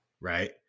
right